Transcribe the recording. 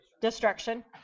Destruction